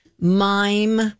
mime